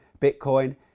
Bitcoin